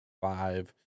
five